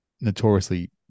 notoriously